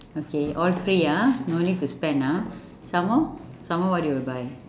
okay all free ah no need to spend ah some more some more what you will buy